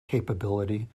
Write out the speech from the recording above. capability